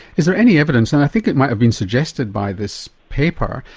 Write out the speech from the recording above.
is there any evidence and i think it might have been suggested by this paper,